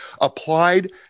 applied